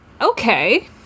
Okay